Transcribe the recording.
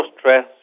stress